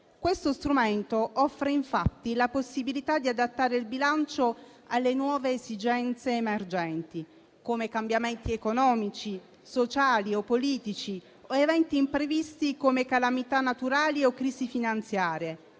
Questo strumento offre infatti la possibilità di adattare il bilancio alle nuove esigenze emergenti, come cambiamenti economici, sociali, politici o eventi imprevisti come calamità naturali o crisi finanziarie.